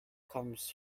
comes